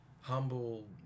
humble